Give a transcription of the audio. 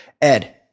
Ed